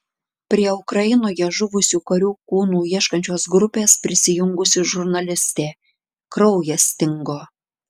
prie ukrainoje žuvusių karių kūnų ieškančios grupės prisijungusi žurnalistė kraujas stingo